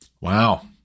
Wow